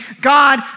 God